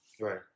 right